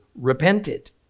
repented